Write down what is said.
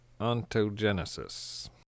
Ontogenesis